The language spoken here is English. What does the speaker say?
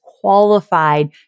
qualified